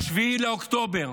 7 באוקטובר